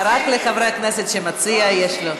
רק לחבר הכנסת שמציע יש.